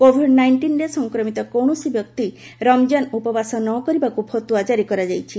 Covid ନାଇଷ୍ଟିନ୍ରେ ସଂକ୍ରମିତ କୌଣସି ବ୍ୟକ୍ତି ରମଜାନ ଉପବାସ ନ କରିବାକୁ ଫତୁଆ କାରି କରାଯାଇଛି